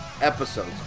episodes